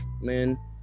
man